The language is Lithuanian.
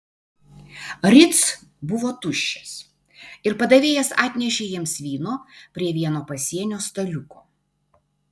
ritz buvo tuščias ir padavėjas atnešė jiems vyno prie vieno pasienio staliuko